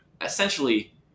essentially